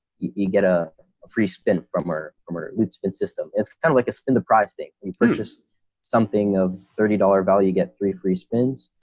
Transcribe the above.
you get a free spin from our from our loot spin system. it's kind of like a spin the price thing, you purchase something of thirty dollars value, get three free spins,